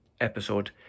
episode